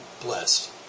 blessed